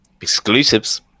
Exclusives